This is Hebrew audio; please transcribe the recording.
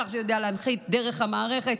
שר שיודע להנחית דרך המערכת,